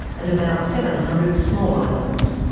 and about seven hundred small islands.